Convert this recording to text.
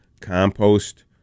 compost